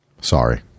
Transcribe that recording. Sorry